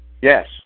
Yes